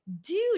dude